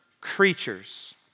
creatures